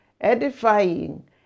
Edifying